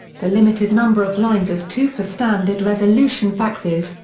the limited number of lines is two for standard resolution faxes,